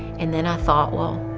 and then i thought, well,